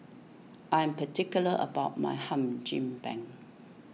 I am particular about my Hum Chim Peng